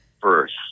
first